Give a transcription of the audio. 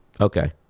Okay